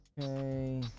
Okay